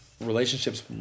relationships